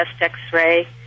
X-ray